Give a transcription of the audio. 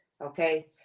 Okay